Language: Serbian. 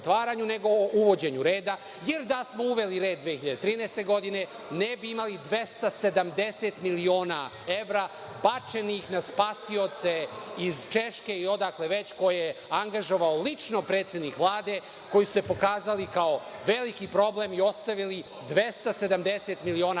nego o uvođenju reda, jer da smo uveli red 2013. godine, ne bi imali 270 miliona evra bačenih na spasioce iz Češke, i odakle već, koje je angažovao lično predsednik Vlade koji su se pokazali kao veliki problem i ostavili 270 miliona evra